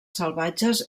salvatges